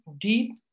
deep